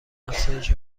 افزایش